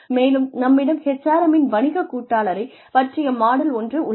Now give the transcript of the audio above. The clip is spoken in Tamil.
மேலும் நம்மிடம் HRM இன் வணிக கூட்டாளரை பற்றிய மாடல் ஒன்று உள்ளது